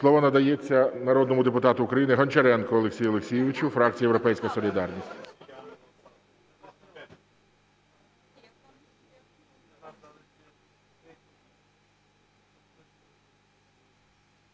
Слово надається народному депутату України Гончаренку Олексію Олексійовичу, фракція "Європейська солідарність".